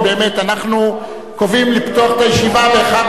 אנחנו קובעים לפתוח את הישיבה ב-11:00,